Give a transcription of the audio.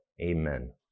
amen